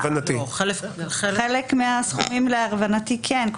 חלק מהסכומים להבנתי כן.